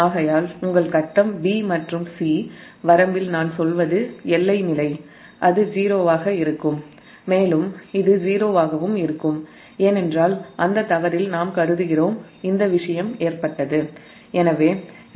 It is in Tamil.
ஆகையால் உங்கள் ஃபேஸ் b மற்றும் c வரம்பில் எல்லை நிலை 0 ஆக இருக்கும் ஏனென்றால் அந்த ஃபால்ட்டில் இந்த விஷயம் ஏற்பட்டது என்று நாம் கருதுகிறோம்